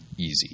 easy